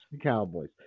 Cowboys